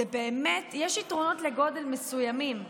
יש יתרונות מסוימים לגודל.